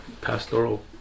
pastoral